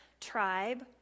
tribe